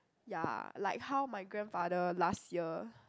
ya like how my grandfather last year